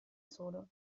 solo